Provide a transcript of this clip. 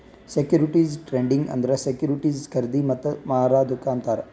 securities trading ಅಂದುರ್ securities ಖರ್ದಿ ಮತ್ತ ಮಾರದುಕ್ ಅಂತಾರ್